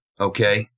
Okay